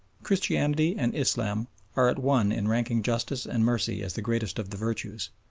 christianity and islam are at one in ranking justice and mercy as the greatest of the virtues.